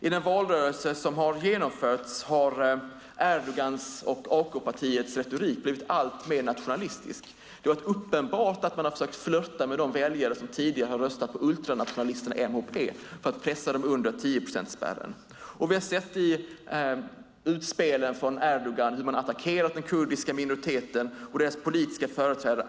I den valrörelse som har genomförts har Erdogans och AK-partiets retorik blivit alltmer nationalistisk. Det har varit uppenbart att man har försökt flirta med de väljare som tidigare har röstat på ultranationalisterna MHP för att pressa dem under 10-procentsspärren. Vi har sett i utspelen från Erdogan hur man allt hårdare har attackerat den kurdiska minoriteten och dess politiska företrädare.